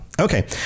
Okay